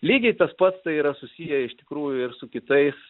lygiai tas pats tai yra susiję iš tikrųjų ir su kitais